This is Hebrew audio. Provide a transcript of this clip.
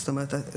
זאת אומרת,